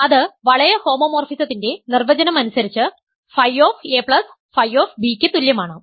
അത് വളയ ഹോമോമോർഫിസത്തിന്റെ നിർവചനം അനുസരിച്ച് ΦΦ ക്ക് തുല്യമാണ്